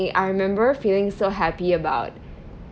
I remember feeling so happy about